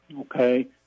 Okay